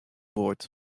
board